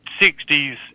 60s